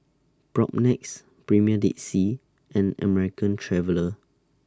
Propnex Premier Dead Sea and American Traveller